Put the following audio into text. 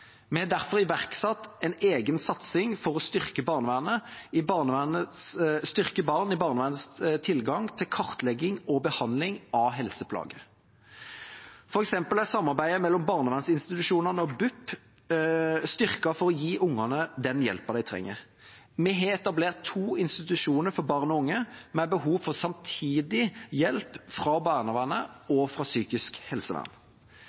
Vi har derfor iverksatt en egen satsing for å styrke barn i barnevernets tilgang til kartlegging og behandling av helseplager. For eksempel er samarbeidet mellom barnevernsinstitusjonene og BUP styrket for å gi barna den hjelpen de trenger. Vi har etablert to institusjoner for barn og unge med behov for samtidig hjelp fra barnevernet og fra psykisk helsevern.